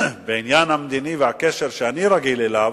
בעניין המדיני והקשר שאני רגיל אליו,